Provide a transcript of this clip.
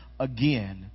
Again